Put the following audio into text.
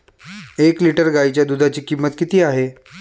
एक लिटर गाईच्या दुधाची किंमत किती आहे?